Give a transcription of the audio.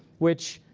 which,